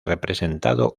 representado